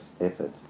effort